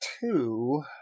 two